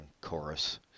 chorus